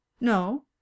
no